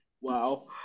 Wow